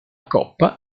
coppa